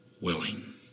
willing